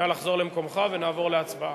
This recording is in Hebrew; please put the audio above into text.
נא לחזור למקומך ונעבור להצבעה.